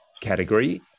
category